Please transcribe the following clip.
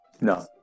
No